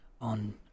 on